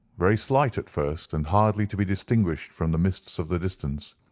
very slight at first, and hardly to be distinguished from the mists of the distance,